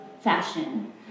fashion